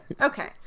Okay